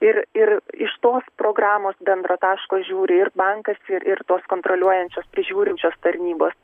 ir ir iš tos programos bendro taško žiūri ir bankas ir ir tos kontroliuojančios prižiūrinčios tarnybos